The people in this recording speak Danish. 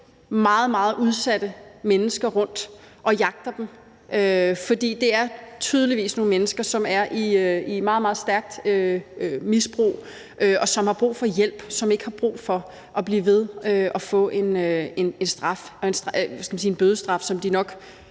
meget udsatte mennesker rundt og jagter dem, for det er tydeligvis nogle mennesker, som er i et meget, meget stærkt misbrug, som har brug for hjælp, og som ikke har brug for at blive ved med at få en bødestraf, som de nok